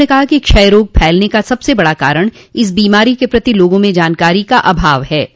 उन्होंने कहा कि क्षय रोग फैलने का सबसे बडा कारण इस बीमारी के प्रति लोगों में जानकारी का अभाव है